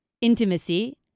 Intimacy